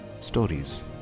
stories